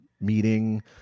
meeting